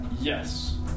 Yes